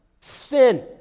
sin